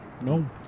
No